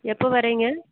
எப்போ வரிங்க